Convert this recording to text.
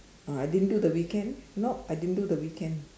uh I didn't do the weekend nope I didn't do the weekend